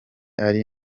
ari